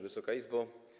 Wysoka Izbo!